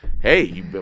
hey